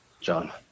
John